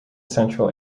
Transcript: central